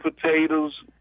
potatoes